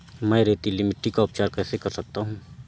मैं रेतीली मिट्टी का उपचार कैसे कर सकता हूँ?